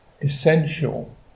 essential